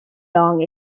long